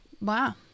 Wow